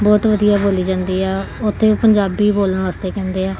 ਬਹੁਤ ਵਧੀਆ ਬੋਲੀ ਜਾਂਦੀ ਆ ਉੱਥੇ ਪੰਜਾਬੀ ਬੋਲਣ ਵਾਸਤੇ ਕਹਿੰਦੇ ਆ